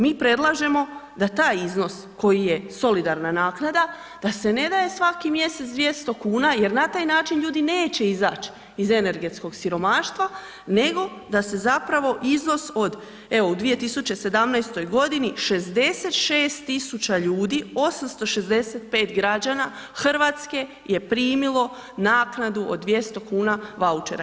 Mi predlažemo da taj iznos koji je solidarna naknada da se ne daje svaki mjesec 200 kuna jer na taj način ljudi neće izaći iz energetskog siromaštva nego da se zapravo iznos od, evo u 2017. godini, 66 tisuća ljudi 860 građana Hrvatske je primilo naknadnu od 200 kuna vaučera.